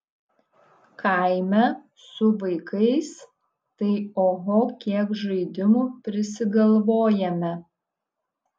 kaime su vaikais tai oho kiek žaidimų prisigalvojame